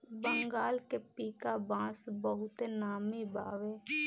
बंगाल के पीका बांस बहुते नामी बावे